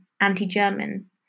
anti-German